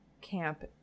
camp